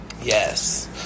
Yes